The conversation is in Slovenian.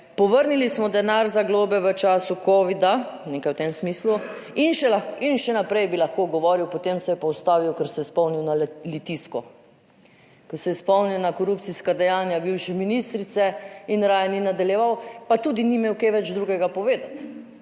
povrnili smo denar za globe v času covida, nekaj v tem smislu in še in še naprej bi lahko govoril, potem se je pa ustavil, ker se je spomnil na litijsko. Ko se je spomnil na korupcijska dejanja bivše ministrice in raje ni nadaljeval, pa tudi ni imel kaj več drugega povedati,